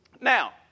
Now